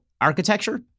architecture